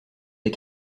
des